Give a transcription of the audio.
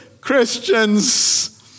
Christians